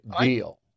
deal